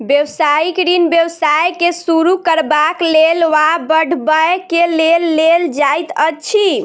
व्यवसायिक ऋण व्यवसाय के शुरू करबाक लेल वा बढ़बय के लेल लेल जाइत अछि